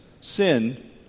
sin